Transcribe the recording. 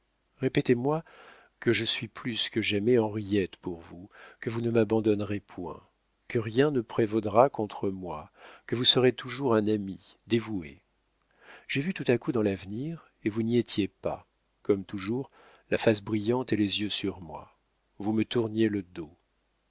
répétez-moi que je suis plus que jamais henriette pour vous que vous ne m'abandonnerez point que rien ne prévaudra contre moi que vous serez toujours un ami dévoué j'ai vu tout à coup dans l'avenir et vous n'y étiez pas comme toujours la face brillante et les yeux sur moi vous me tourniez le dos